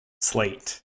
slate